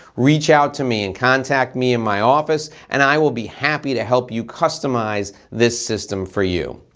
reach out to me and contact me in my office and i will be happy to help you customize this system for you.